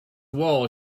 wall